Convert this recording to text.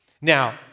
Now